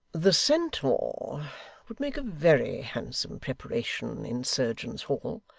the centaur would make a very handsome preparation in surgeons' hall,